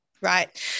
right